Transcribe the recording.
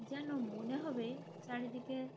যেন মনে হবে চারিদিকে